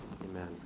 Amen